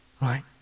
Right